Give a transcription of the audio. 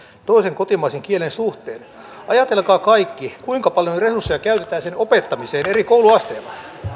toisen kotimaisen kielen suhteen ajatelkaa kaikki kuinka paljon resursseja käytetään sen opettamiseen eri kouluasteilla